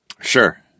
Sure